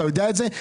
אתה יודע את זה?